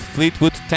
Fleetwood